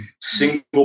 single